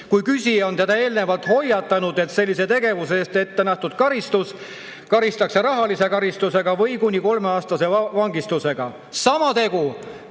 kui küsija on teda eelnevalt hoiatanud, et sellise tegevuse eest on ette nähtud karistus, karistatakse rahalise karistuse või kuni kolmeaastase vangistusega. Sama